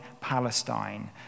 Palestine